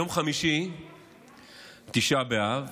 יום חמישי תשעה באב,